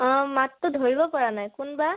অঁ মাতটো ধৰিব পৰা নাই কোনবা